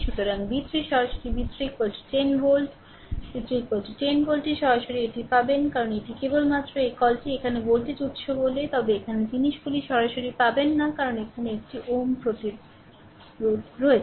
সুতরাং v3 সরাসরি V 3 10 volt V 3 10 ভোল্টটি সরাসরি এটি পাবেন কারণ এটি কেবলমাত্র এই কলটিই এখানে ভোল্টেজ উৎস বলে তবে এখানে জিনিসগুলি সরাসরি পাবেন না কারণ এখানে একটি Ω প্রতিরোধের রয়েছে